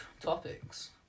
topics